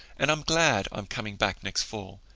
and i'm glad i'm coming back next fall.